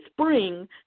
spring